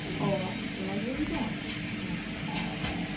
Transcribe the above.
ah the ones where you don't pronounce ah